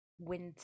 winter